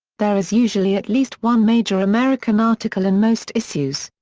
there is usually at least one major american article in most issues.